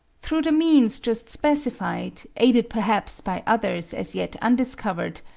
through the means just specified, aided perhaps by others as yet undiscovered,